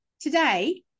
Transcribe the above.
today